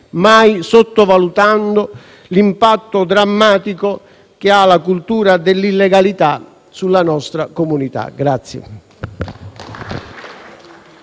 mai sottovalutando l'impatto drammatico che la cultura dell'illegalità ha sulla nostra comunità.